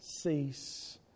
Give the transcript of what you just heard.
cease